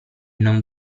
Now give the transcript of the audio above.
non